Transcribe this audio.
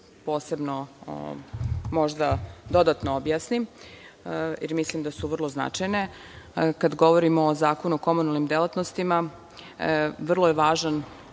posebno, možda, dodatno objasnim, jer mislim da su vrlo značajne. Kada govorimo o Zakonu o komunalnim delatnostima, vrlo je važan